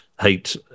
hate